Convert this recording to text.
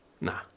nah